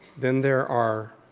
then there are